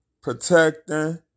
protecting